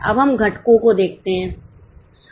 अब हम घटकों को देखते हैं